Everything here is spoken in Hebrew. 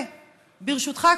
ברשותך,